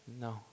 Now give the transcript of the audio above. No